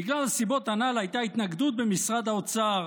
בגלל הסיבות הנ"ל הייתה התנגדות במשרד האוצר